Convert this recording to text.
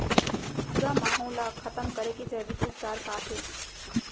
भूरा माहो ला खतम करे के जैविक उपचार का हे?